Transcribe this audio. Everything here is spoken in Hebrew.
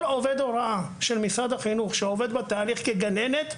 כל עובד הוראה של משרד החינוך שעובד בתהליך כגננת,